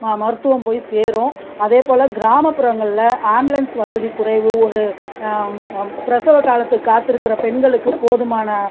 மருத்துவம் போய் சேரும் அதே போல கிராமப்புறங்களில் ஆம்புலன்ஸ் வசதி குறைவு ஒரு பிரசவ காலத்து காத்துருக்குகிற பெண்களுக்கு போதுமான